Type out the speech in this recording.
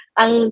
ang